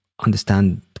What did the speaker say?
understand